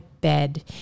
bed